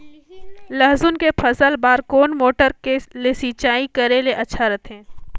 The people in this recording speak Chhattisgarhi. लसुन के फसल बार कोन मोटर ले सिंचाई करे ले अच्छा रथे?